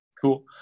Cool